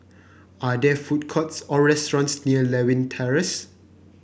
are there food courts or restaurants near Lewin Terrace